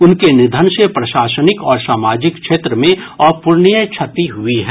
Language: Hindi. उनके निधन से प्रशासनिक और सामाजिक क्षेत्र में अपूरणीय क्षति हुई है